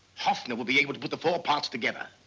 hoffner would be able to put the four parts together.